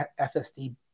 FSD